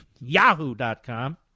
Yahoo.com